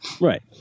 Right